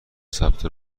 ثبت